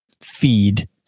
feed